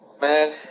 man